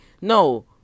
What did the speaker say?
No